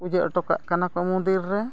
ᱯᱩᱡᱟᱹ ᱦᱚᱴᱚ ᱠᱟᱜ ᱠᱟᱱᱟ ᱠᱚ ᱢᱚᱱᱫᱤᱨ ᱨᱮ